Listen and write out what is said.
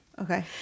okay